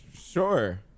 Sure